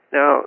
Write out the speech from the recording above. Now